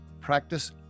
practice